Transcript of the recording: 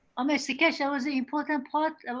um mr keshe, that was a important part and